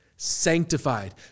sanctified